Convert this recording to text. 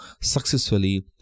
successfully